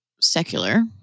secular